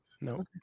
no